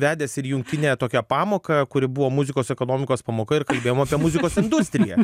vedęs ir jungtinę tokią pamoką kuri buvo muzikos ekonomikos pamoka ir kalbėjom apie muzikos industriją